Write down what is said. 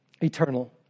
Eternal